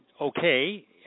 okay